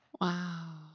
Wow